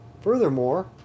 Furthermore